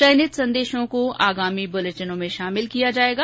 चयनित संदेशों को आगामी बुलेटिनों में शामिल किया जाएगा